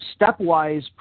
Stepwise